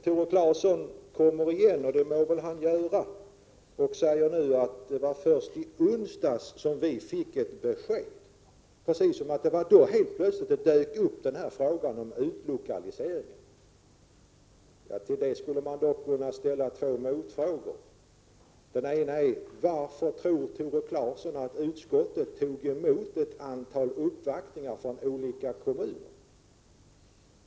Tore Claeson kom igen och sade att det var först i onsdags som man fick ett besked, precis som om frågan om utlokalisering då dök upp helt plötsligt. Låt mig ställa två frågor till Tore Claeson. För det första: Vad tror Tore Claeson är anledningen till att utskottet tog emot ett antal uppvaktningar från olika kommuner?